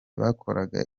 bakoraga